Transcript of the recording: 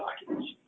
documents